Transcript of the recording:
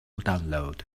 download